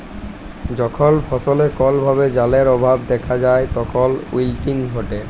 যখল ফসলে কল ভাবে জালের অভাব দ্যাখা যায় তখল উইলটিং ঘটে